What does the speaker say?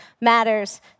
matters